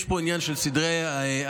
יש פה עניין של סדרי עדיפויות.